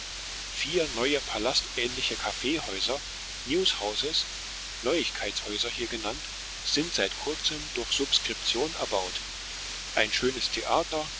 vier neue palastähnliche kaffeehäuser newshouses neuigkeitshäuser hier genannt sind seit kurzem durch subskription erbaut ein schönes theater